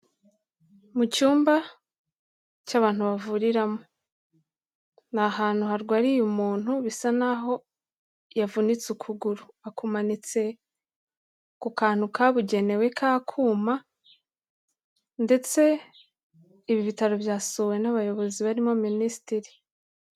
Mu cyumba cy'abantu bavuriramo. Ni ahantu harwariye umuntu bisa naho yavunitse ukuguru. Akumanitse ku kantu kabugenewe k'akuma ndetse ibi bitaro byasuwe n'abayobozi barimo minisitiri.